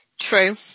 true